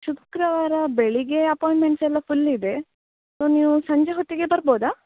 ಶುಕ್ರವಾರ ಬೆಳಗ್ಗೆ ಅಪಾಯಿಂಟ್ಮೆಂಟ್ಸ್ ಎಲ್ಲ ಫುಲ್ ಇದೆ ಸೊ ನೀವು ಸಂಜೆ ಹೊತ್ತಿಗೆ ಬರ್ಬೋದ